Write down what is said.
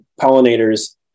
pollinators